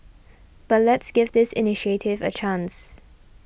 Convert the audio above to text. but let's give this initiative a chance